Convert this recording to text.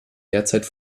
derzeit